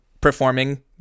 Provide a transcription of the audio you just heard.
performing